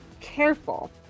careful